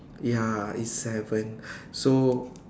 ya it's seven so